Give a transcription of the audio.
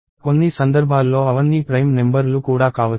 కొన్ని సందర్భాల్లో అవన్నీ ప్రైమ్ నెంబర్ లు కూడా కావచ్చు